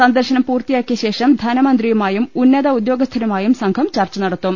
സന്ദർശനം പൂർത്തിയാക്കിയ ശേഷം ധനമന്ത്രിയുമായും ഉന്നതഉദ്യോഗസ്ഥരുമായും സംഘം ചർച്ച നടത്തും